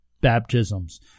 baptisms